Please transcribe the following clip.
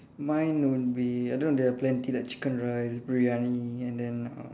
mine would be I don't know there are plenty like chicken rice briyani and then uh